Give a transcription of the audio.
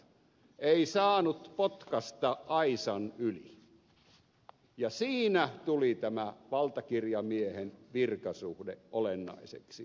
ei saanut potkaista aisan yli ja siinä tuli tämä valtakirjamiehen virkasuhde olennaiseksi elementiksi